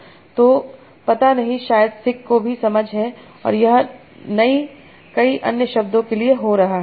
तो संदर्भ समय 0619 पता नहीं शायद सिक को भी समझ है और यह कई अन्य शब्दों के लिए हो रहा है